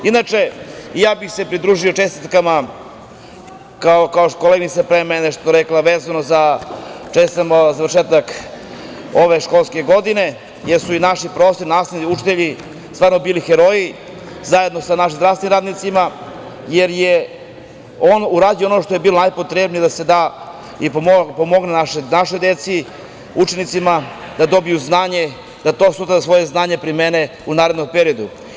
Inače, ja bih se pridružio čestitkama, kao o koleginica što je pre mene rekla, čestitamo završetak ove školske godine, jer su i naši profesori, nastavnici, učitelji, stvarno bili heroji zajedno sa našim zdravstvenim radnicima, jer je urađeno ono što je bilo najpotrebnije da se pomogne našoj deci, učenicima da dobiju znanje, da to sutra svoje znanje primene u narednom periodu.